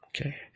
Okay